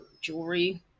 jewelry